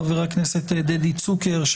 חבר הכנסת דדי צוקר,